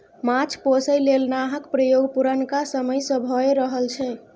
माछ पोसय लेल नाहक प्रयोग पुरनका समय सँ भए रहल छै